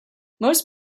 most